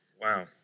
wow